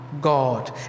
God